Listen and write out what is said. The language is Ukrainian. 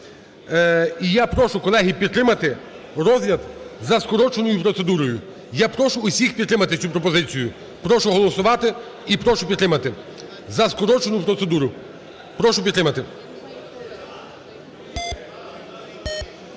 І я прошу, колеги, підтримати розгляд за скороченою процедурою. Я прошу усіх підтримати цю пропозицію, прошу голосувати і прошу підтримати за скорочену процедуру. Прошу підтримати.